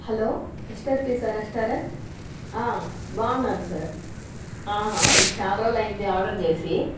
hello mister pizza restaurant బాగున్నాను sir ఆహా చాలా రోజులు అయింది ఆర్డర్ చేసి